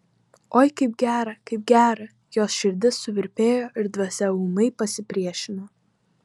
oi kaip gera kaip gera jos širdis suvirpėjo ir dvasia ūmai pasipriešino